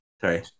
Sorry